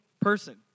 person